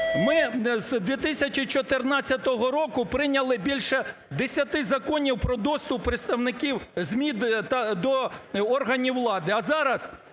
Ми з 2014 року прийняли більше десяти законів про доступ представників ЗМІ до органів влади,